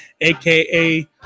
aka